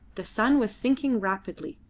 the sun was sinking rapidly,